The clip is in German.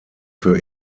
für